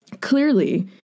Clearly